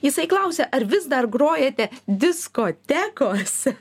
jisai klausia ar vis dar grojate diskotekose